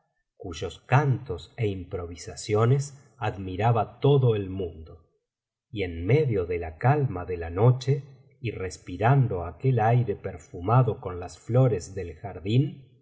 cuyos cantos é improvisaciones admiraba todo el mundo y en medio de la calma de la noche y respirando aquel aire perfumado con las flores del jardín